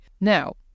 Now